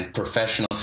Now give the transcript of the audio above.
professional